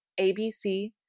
ABC